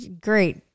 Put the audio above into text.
great